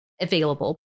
available